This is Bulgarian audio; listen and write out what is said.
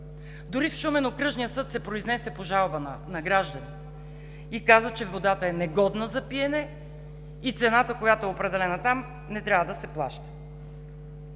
Дори в Шумен окръжният съд се произнесе по жалба на граждани и каза, че водата е негодна за пиене и цената, която е определена там, не трябва да се плаща.